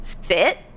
fit